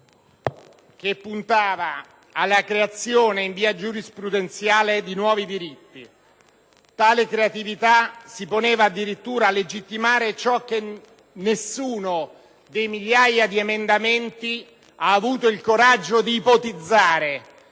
che puntava alla «creazione in via giurisprudenziale di nuovi diritti». Tale creatività si poneva addirittura a legittimare ciò che nessuno, nei migliaia di emendamenti presentati, ha avuto il coraggio di ipotizzare: